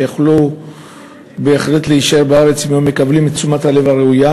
שיכלו בהחלט להישאר בארץ אם היו מקבלים את תשומת הלב הראויה,